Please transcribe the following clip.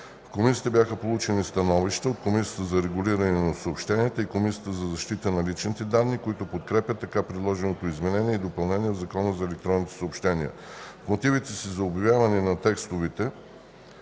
В Комисията бяха получени становища от Комисията за регулиране на съобщенията и Комисията за защита на личните данни, които подкрепят така предложеното изменение и допълнение на Закона за електронните съобщения. В мотивите си за обявяване на текстовете